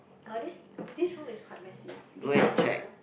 I want this this room is quite messy is there water